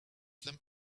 them